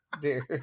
dude